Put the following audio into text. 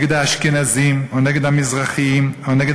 נגד האשכנזים או נגד המזרחים או נגד